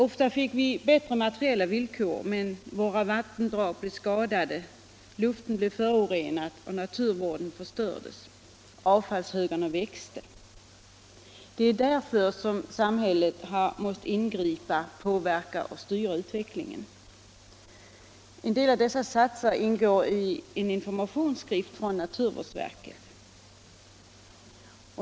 Ofta fick vi bättre materiella villkor, men våra vattendrag blev skadade, luften blev förorenad, naturen förstördes och avfallshögarna växte. Det är därför samhället har måst ingripa, påverka och styra utvecklingen. En del av dessa satser ingår i en informationsskrift från naturvårdsverket.